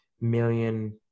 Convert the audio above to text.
million